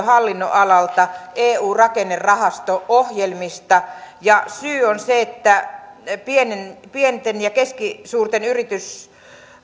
hallinnonalalta eu rakennerahasto ohjelmista ja syy on se että pienten ja keskisuurten yritysten